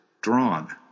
drawn